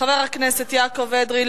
חבר הכנסת יעקב אדרי,